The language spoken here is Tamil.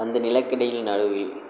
அந்த நிலக்கடலை நடுவில்